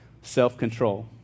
self-control